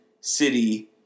City